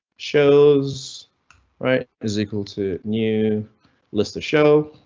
shows right is equal to new list of show.